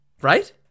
Right